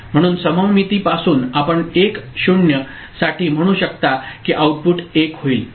म्हणून सममितीपासून आपण 1 0 साठी म्हणू शकता की आउटपुट 1 होईल